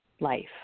life